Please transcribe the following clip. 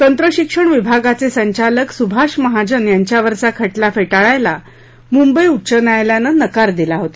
तंत्रशिक्षण विभागाचे संचालक सुभाष महाजन यांच्यावरचा खटला फेटाळायला मुंबई उच्च न्यायालयानं नकार दिला होता